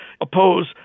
oppose